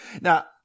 Now